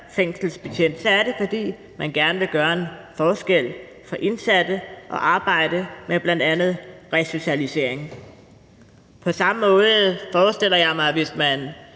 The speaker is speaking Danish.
fængselsbetjent, så er, fordi man gerne vil gøre en forskel for de indsatte og arbejde med bl.a. resocialisering. På samme måde forestiller jeg mig, at man,